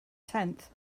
tenth